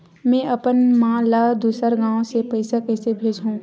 में अपन मा ला दुसर गांव से पईसा कइसे भेजहु?